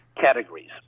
categories